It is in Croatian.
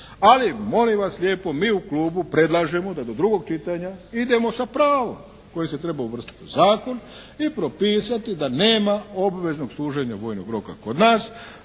Ali molim vas lijepo, mi u klubu predlažemo da do drugog čitanja idemo sa pravom koje se treba uvrstiti u zakon i propisati da nema obveznog služenja vojnog roka kod nas,